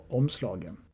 omslagen